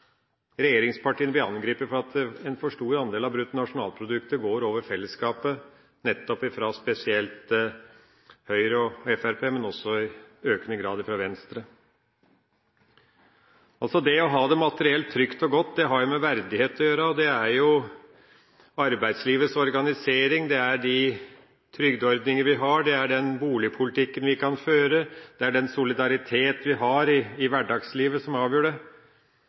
regjeringspartiene blir angrepet for at en for stor andel av bruttonasjonalproduktet går over fellesskapet – nettopp fra spesielt Høyre og Fremskrittspartiet, men også i økende grad fra Venstre. Det å ha det materielt trygt og godt har med verdighet å gjøre, og det er arbeidslivets organisering, det er de trygdeordningene vi har, det er den boligpolitikken vi kan føre, og det er den solidariteten vi har i hverdagslivet, som avgjør det.